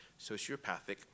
sociopathic